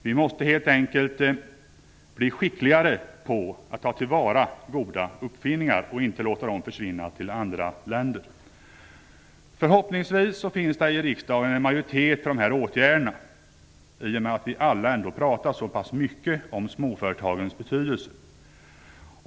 Vi måste helt enkelt bli skickligare på att ta till vara goda uppfinningar och inte låta dem försvinna till andra länder. Förhoppningsvis finns det i riksdagen en majoritet för de här åtgärderna - jag säger det med tanke på att vi alla pratar så mycket om småföretagens betydelse.